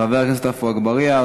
חבר הכנסת עפו אגבאריה.